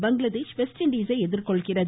Bangladesh West இண்டீஸை எதிர்கொள்கிறது